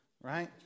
right